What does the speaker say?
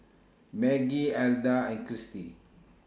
Maggie Elda and Christy